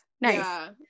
nice